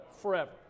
forever